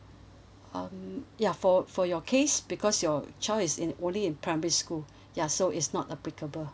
um ya for for your case because your child is in only in primary school ya so is not applicable